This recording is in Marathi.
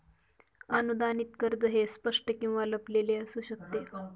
अनुदानित कर्ज हे स्पष्ट किंवा लपलेले असू शकते